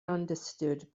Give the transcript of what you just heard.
understood